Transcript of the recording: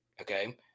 Okay